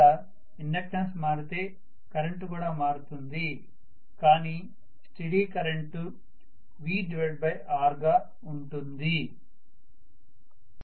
ఒకవేళ ఇండక్టన్స్ మారితే కరెంటు కూడా మారుతుంది కానీ స్టీడి కరెంటు VR గా ఉంటుంది